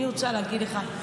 אני רוצה להגיד לך,